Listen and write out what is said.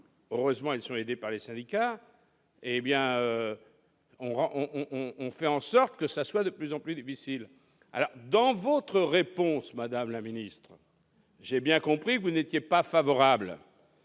heureusement, ils sont aidés par les syndicats -, on fait en sorte que ce soit de plus en plus en plus difficile ! Madame la ministre, j'ai bien compris que vous n'étiez pas favorable